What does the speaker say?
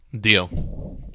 Deal